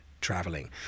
traveling